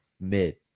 Mid